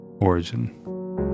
origin